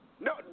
No